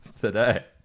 today